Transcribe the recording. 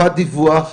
חובת דיווח,